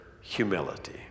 humility